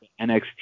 nxt